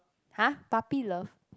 [huh] puppy love